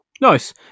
nice